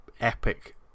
epic